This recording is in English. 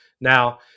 Now